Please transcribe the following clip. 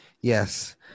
Yes